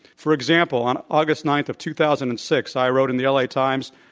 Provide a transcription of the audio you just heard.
for example, on august ninth of two thousand and six, i wrote in the l. a. times,